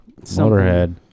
Motorhead